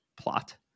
plot